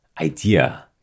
idea